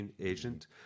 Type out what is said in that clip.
agent